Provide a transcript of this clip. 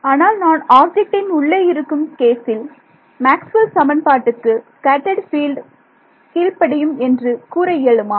ஆனால் நான் ஆப்ஜெக்ட் இன் உள்ளே இருக்கும் கேசில் மேக்ஸ்வெல் சமன்பாட்டுக்கு ஸ்கேட்டர்ட் பீல்டு கீழ்ப்படியும் என்று கூற இயலுமா